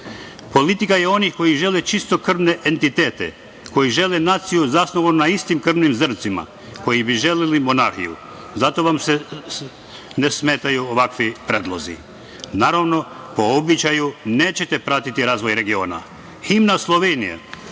Politika onih koji žele čistokrvne entitete, koji žele naciju zasnovanu na istim krvnim zrncima, koji bi želeli monarhiju. Zato vam ne smetaju ovakvi predlozi. Naravno, po običaju nećete pratiti razvoj regiona. Himna Slovenije